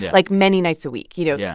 like, many nights a week. you know, yeah